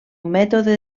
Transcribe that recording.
mètode